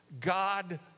God